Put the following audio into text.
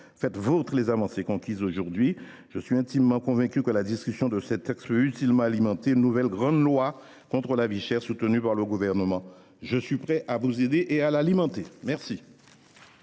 Faites vôtres les avancées conquises aujourd’hui. Je suis intimement convaincu que la discussion de ce texte peut utilement donner matière à une nouvelle grande loi contre la vie chère, qui serait soutenue par le Gouvernement. Je suis prêt à vous aider et à alimenter la